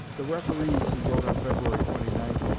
the referees, he wrote on feb. twenty ninth,